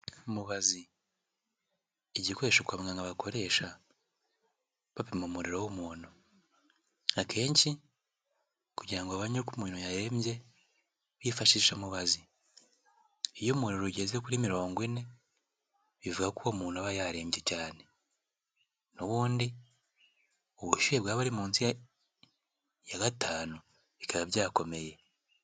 Mubazi, igikoresho kwa muganga bakoresha bapima umuriro w'umuntu akenshi kugira ngo bamenye ko umuntu yarembye bifashisha mubazi, iyo umuriro ugeze kuri mirongo ine bivuga ko uwo muntu aba yarembye cyane n'ubundi ubushyuhe bwaba munsi ya gatanu bikaba byakomeye.